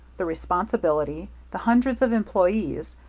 the responsibility, the hundreds of employees,